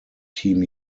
team